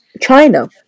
China